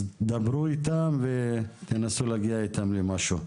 אז דברו איתם ותנסו להגיע איתם למשהו.